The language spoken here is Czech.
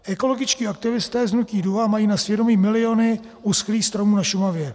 Ekologičtí aktivisté z Hnutí DUHA mají na svědomí miliony uschlých stromů na Šumavě.